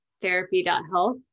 therapy.health